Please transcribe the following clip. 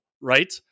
right